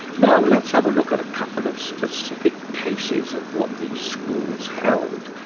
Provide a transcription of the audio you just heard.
now let's have a look at a couple of specific cases of what these schools held,